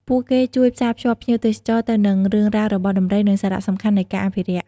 ពួកគេជួយផ្សាភ្ជាប់ភ្ញៀវទេសចរទៅនឹងរឿងរ៉ាវរបស់ដំរី និងសារៈសំខាន់នៃការអភិរក្ស។